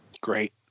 Great